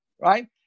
right